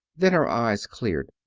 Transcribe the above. then her eyes cleared.